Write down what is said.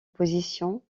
position